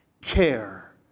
care